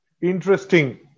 interesting